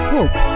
Hope